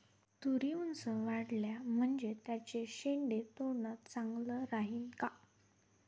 तुरी ऊंच वाढल्या म्हनजे त्याचे शेंडे तोडनं चांगलं राहीन का?